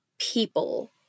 people